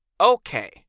okay